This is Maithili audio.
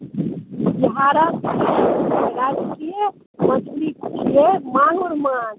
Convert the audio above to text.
बिहारके राष्ट्रीय माछ छिए माङ्गुर माछ